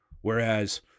Whereas –